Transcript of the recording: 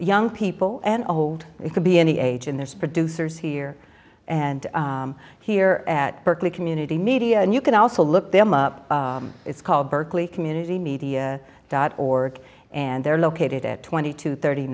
young people and old you could be any age and there's producers here and here at berkeley community media and you can also look them up it's called berkeley community media dot org and they're located at twenty two thirty